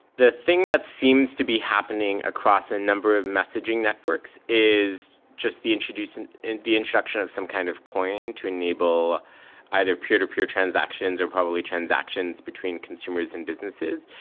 the thing that seems to be happening across a number of messaging networks is just the introducing and the introduction of some kind of coin to enable either peer-to-peer transactions, or probably transactions between consumers and businesses.